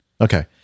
Okay